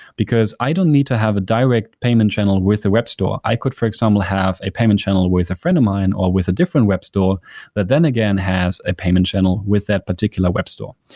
because i don't need to have a direct payment channel with a web store. i could, for example, have a payment channel with a friend of mine or with a different web store that then again has a payment channel with that particular web store.